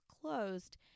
closed